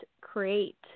create